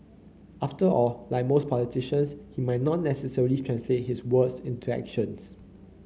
after all like most politicians he might not necessarily translate his words into actions